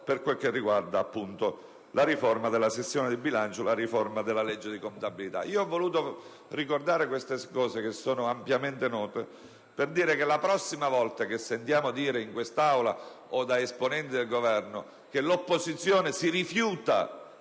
in Aula, per la riforma della sessione di bilancio e della legge di contabilità. Ho voluto ricordare queste cose, che sono ampiamente note, per dire che la prossima volta che sentiremo dire in questa Aula da esponenti della maggioranza o del Governo che l'opposizione si rifiuta